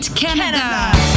Canada